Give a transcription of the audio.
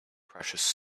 precious